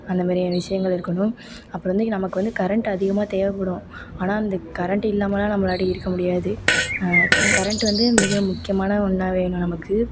அந்த மாரியான விஷயங்கள் இருக்கணும் அப்புறம் வந்து நமக்கு வந்து கரெண்ட் அதிகமாக தேவைப்படும் ஆனால் அந்த அதிகமாக இல்லாமல்லாம் நம்மளாட்டி இருக்க முடியாது கரெண்ட் வந்து மிக முக்கியமான ஒன்றா வேணும் நமக்கு